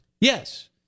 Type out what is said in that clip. Yes